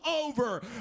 over